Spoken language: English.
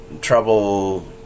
trouble